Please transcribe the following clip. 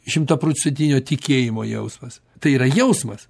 šimtaprocentinio tikėjimo jausmas tai yra jausmas